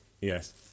Yes